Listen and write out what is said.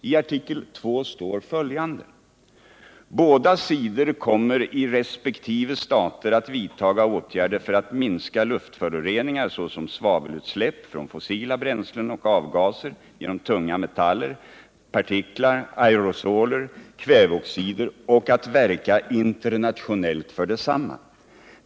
I artikel 2 står följande: ”Båda sidor kommer i respektive stater att vidtaga åtgärder för att minska luftföroreningar såsom svavelutsläpp från fossila bränslen och avgaser, genom tunga metaller, partiklar, aerosoler, kväveoxider och att verka internationellt för detsamma.